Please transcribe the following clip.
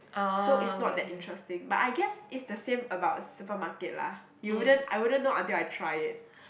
so it's not that interesting but I guess it's the same about supermarket lah you wouldn't I wouldn't know until I try it